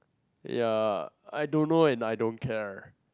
ya I don't know and I don't care